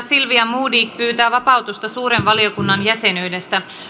silvia modig pyytää vapautusta suuren valiokunnan jäsenyydestä